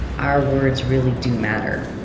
our words really do matter.